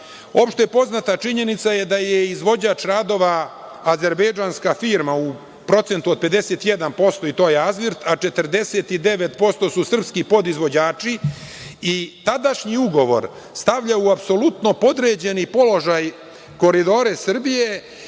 Opšte poznata činjenica je da je izvođač radova azerbejdžanska firma u procentu od 51% i to je „Azvirt“, a 49% su srpski podizvođači i tadašnji ugovor stavlja u apsolutno podređeni položaj koridore Srbije,